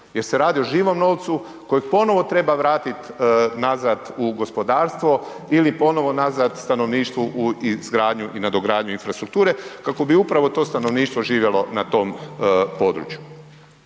jer se radi o živom novcu kojeg ponovno treba vratiti nazad u gospodarstvo ili ponovno nazad stanovništvu u izgradnju i nadogradnju infrastrukture kako bi upravo to stanovništvo živjelo na tom području.